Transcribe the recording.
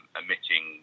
emitting